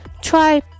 try